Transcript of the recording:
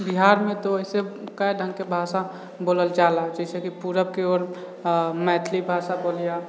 बिहारमे तऽ वैसे कए ढङ्गके भाषा बोलल जा ला छै जैसे पूरबके ओर मैथिली भाषा बोली हऽ